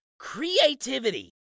CREATIVITY